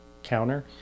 counter